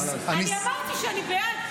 אני אמרתי שאני בעד.